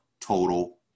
total